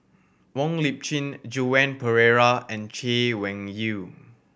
Wong Lip Chin Joan Pereira and Chay Weng Yew